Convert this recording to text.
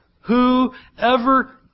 whoever